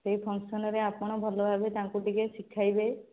ସେଇ ଫଙ୍କସନ୍ରେ ଆପଣ ଭଲଭାବରେ ତାଙ୍କୁ ଟିକିଏ ଶିଖାଇବେ